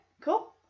cool